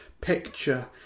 picture